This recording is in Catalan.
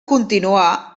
continuar